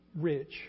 rich